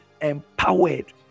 empowered